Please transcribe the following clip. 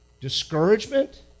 discouragement